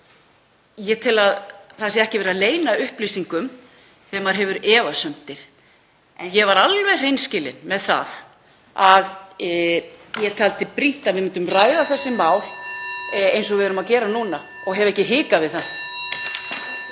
ég tel að það sé ekki verið að leyna upplýsingum þegar maður hefur efasemdir en ég var alveg hreinskilinn með það (Forseti hringir.) að ég taldi brýnt að við myndum ræða þessi mál eins og við erum að gera núna og hef ekki hikað við það.